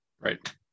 Right